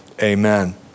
Amen